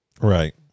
right